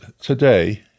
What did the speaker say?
today